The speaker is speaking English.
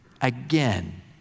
again